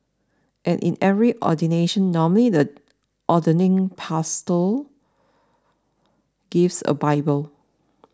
and in every ordination normally the ordaining pastor gives a bible